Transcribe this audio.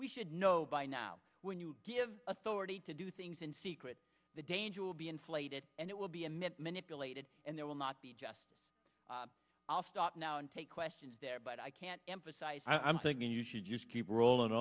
we should know by now when you give authority to do things in secret the danger will be inflated and it will be a myth manipulated and there will not be just i'll stop now and take questions there but i can't emphasize i'm thinking you should just keep rolling